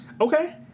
Okay